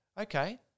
okay